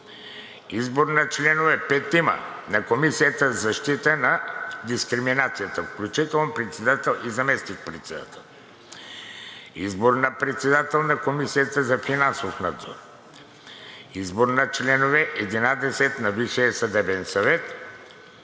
Избор на членове – петима, на Комисията за защита от дискриминация, включително председател и заместник-председател. Избор на председател на Комисията за финансов надзор. Избор на членове – 11, на Висшия съдебен съвет.